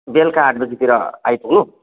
बेलिका आठ बजीतिर आइपुग्नु